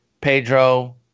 Pedro